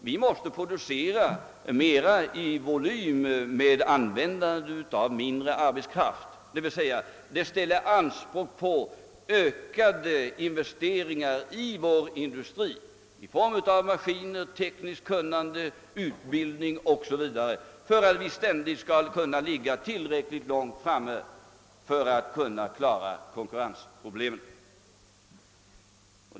Vi måste producera större volym med användande av mindre arbetskraft. Det ställs ökade anspråk på investeringar i vår industri i form av maskiner, tekniskt kunnande, utbildning 0. s.v., om vi ständigt skall kunna ligga tillräckligt långt framme för att klara konkurrensproblemen.